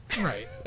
right